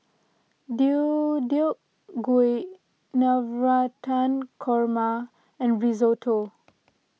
Deodeok Gui Navratan Korma and Risotto